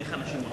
חברי השרים,